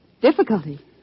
Difficulty